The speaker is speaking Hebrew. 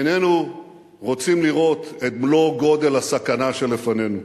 איננו רוצים לראות את מלוא גודל הסכנה שלפנינו?